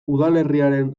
udalerriaren